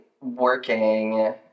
working